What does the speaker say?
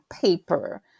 paper